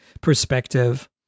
perspective